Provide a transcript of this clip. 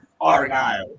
Argyle